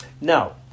Now